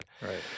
right